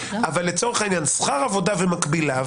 אבל לצורך העניין שכר עבודה ומקביליו